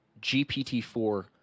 GPT-4